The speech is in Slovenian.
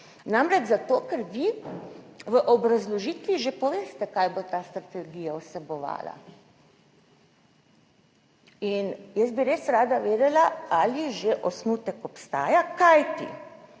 Namreč, zato, ker vi v obrazložitvi že poveste kaj bo ta strategija vsebovala. In jaz bi res rada vedela ali že osnutek obstaja? Kajti,